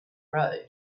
road